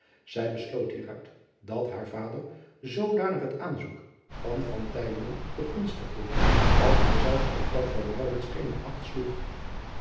ij besloot hieruit dat haar vader zoodanig het aanzoek van begunstigde dat hij zelfs op dat van geene acht sloeg